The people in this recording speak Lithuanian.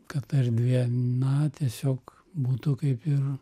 kad erdvė na tiesiog būtų kaip ir